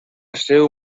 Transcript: seu